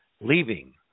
leaving